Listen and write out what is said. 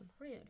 rude